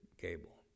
cable